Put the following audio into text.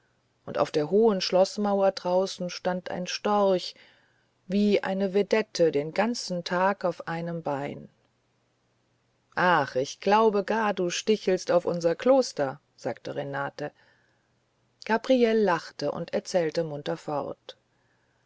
und auf der hohen schloßmauer draußen stand ein storch wie eine vedette den ganzen tag auf einem bein ach ich glaube gar du stichelst auf unser kloster sagte renate gabriele lachte und erzählte munter fort